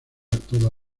toda